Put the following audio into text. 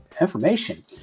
information